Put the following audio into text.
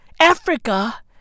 Africa